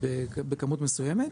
בכמות מסוימת,